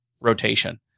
rotation